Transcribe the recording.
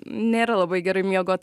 nėra labai gerai miegot